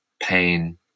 pain